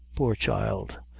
poor child.